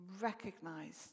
recognized